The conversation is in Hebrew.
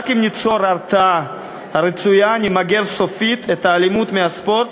רק אם ניצור את ההרתעה הרצויה נמגר סופית את האלימות בספורט,